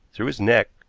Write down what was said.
through his neck,